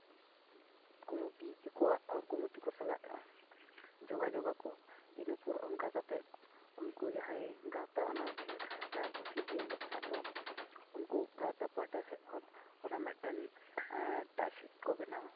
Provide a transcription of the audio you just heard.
committee ᱛᱮᱠᱚᱣᱟᱜ committee ᱠᱚ ᱥᱟᱞᱟᱜ ᱡᱳᱜᱟᱡᱳᱜᱟᱠᱚ ᱤᱱᱟᱹᱯᱚᱨ ᱚᱱᱠᱟ ᱠᱟᱛᱮᱫ ᱩᱱᱠᱩ ᱡᱟᱦᱟᱸᱭ ᱜᱟᱶᱛᱟ ᱚᱱᱟ ᱠᱷᱮᱞᱳᱰ ᱦᱮᱯᱨᱟᱣ ᱠᱚ ᱥᱤᱨᱡᱟᱹᱣ ᱞᱮᱫ ᱛᱟᱦᱮᱸᱫ ᱫᱚ ᱩᱱᱠᱩ ᱜᱟᱶᱛᱟ ᱯᱟᱦᱴᱟ ᱥᱮᱫ ᱠᱷᱚᱱ ᱚᱱᱟ ᱢᱮᱫᱴᱮᱱ ᱪᱟᱴ ᱥᱤᱴ ᱠᱚ ᱵᱮᱱᱟᱣᱟ